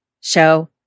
show